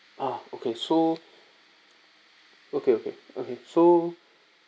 oh okay so okay okay okay so